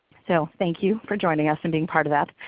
so thank you for joining us and being part of that.